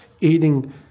Eating